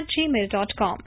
gmail.com